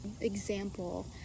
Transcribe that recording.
example